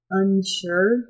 unsure